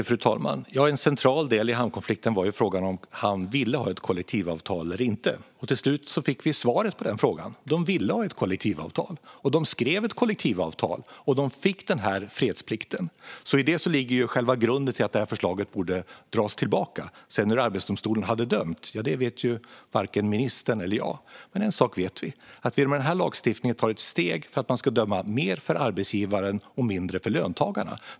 Fru talman! En central del i hamnkonflikten var frågan om Hamn ville ha ett kollektivavtal eller inte. Till slut fick vi svaret på den frågan. De ville ha ett kollektivavtal, skrev ett kollektivavtal och fick fredsplikten. I det ligger själva grunden till att det här förslaget borde dras tillbaka. Hur sedan Arbetsdomstolen hade dömt vet varken ministern eller jag. Men en sak vet vi: att vi med den här lagstiftningen tar ett steg för att man ska döma mer för arbetsgivaren och mindre för löntagarna.